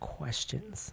questions